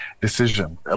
decision